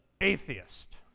Atheist